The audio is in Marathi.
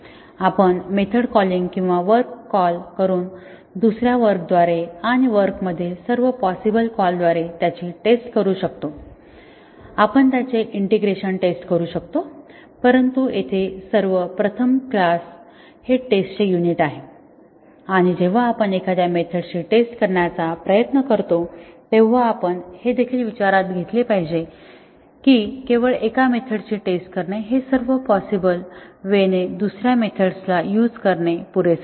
आपण मेथड कॉलिंग किंवा वर्क कॉल करून दुसर्या वर्क द्वारे आणि वर्क मधील सर्व पॉसिबल कॉलद्वारे त्याची टेस्ट करू शकतो आपण त्यांचे इंटिग्रेशन टेस्ट करू शकतो परंतु येथे सर्व प्रथम क्लास हे टेस्ट चे युनिट आहे आणि जेव्हा आपण एखाद्या मेथड्स ची टेस्ट करण्याचा प्रयत्न करतो तेव्हा आपण हे देखील विचारात घेतले पाहिजे की केवळ एका मेथड्स ची टेस्ट करणे हे सर्व पॉसिबल वे ने दुसर्या मेथड्स चा युझ करणे पुरेसे नाही